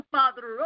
Father